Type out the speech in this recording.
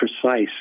precise